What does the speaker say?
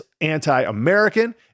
anti-American